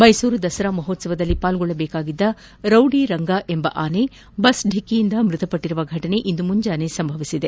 ಮೈಸೂರು ದಸರಾ ಮಹೋತ್ಸವದಲ್ಲಿ ಪಾಲ್ಗೊಳ್ಳಬೇಕಿದ್ದ ರೌಡಿ ರಂಗ ಎಂಬ ಆನೆ ಬಸ್ ಡಿಕ್ಕೆಯಿಂದ ಮೃತ ಪಟ್ಟಿರುವ ಘಟನೆ ಇಂದು ಮುಂಜಾನೆ ಸಂಭವಿಸಿದೆ